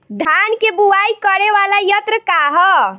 धान के बुवाई करे वाला यत्र का ह?